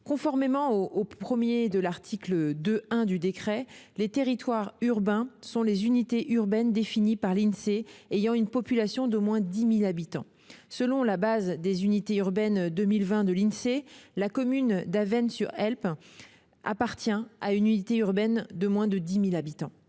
Conformément au 1° de l'article 2-1 du décret, « les territoires urbains sont les unités urbaines définies par l'Insee ayant une population d'au moins 10 000 habitants ». Selon la base des unités urbaines 2020 de l'Insee, la commune d'Avesnes-sur-Helpe appartient à une unité urbaine de moins de 10 000 habitants.